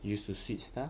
used to sweet stuff